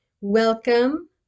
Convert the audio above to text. Welcome